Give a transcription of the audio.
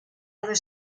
other